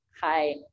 hi